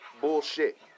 Bullshit